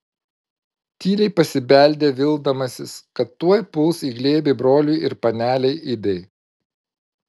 tyliai pasibeldė vildamasis kad tuoj puls į glėbį broliui ir panelei idai